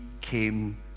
came